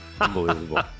unbelievable